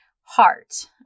heart